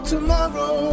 Tomorrow